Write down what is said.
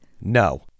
no